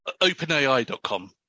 Openai.com